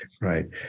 Right